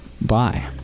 Bye